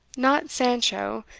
not sancho,